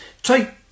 Try